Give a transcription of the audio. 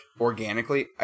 organically